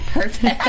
Perfect